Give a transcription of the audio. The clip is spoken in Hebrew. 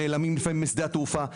שנעלמים לפעמים משדה התעופה,